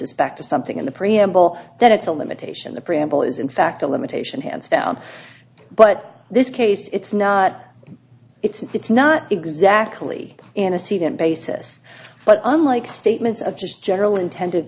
basis back to something in the preamble that it's a limitation the preamble is in fact a limitation hands down but this case it's not it's not exactly in a seat in basis but unlike statements of just general intended